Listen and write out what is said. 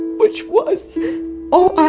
which was all